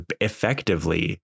effectively